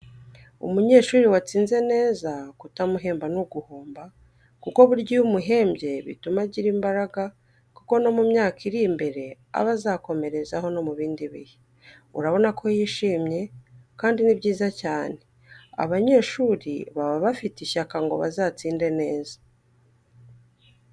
Umunyeshuri watsinze neza kutamuhemba ni uguhomba kuko burya iyo umuhembye bituma agira imbaraga kuko no mu myaka iri imbere aba azakomerezaho no mu bindi bihe, urabona ko yishimye kandi ni byiza cyane, abanyeshuri baba bafite ishyaka ngo bazatsinde neza.